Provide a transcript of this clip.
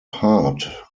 hart